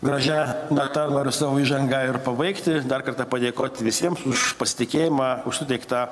gražia nata savo įžangą ir pabaigti dar kartą padėkot visiems už pasitikėjimą už suteiktą